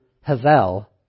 Havel